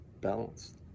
balanced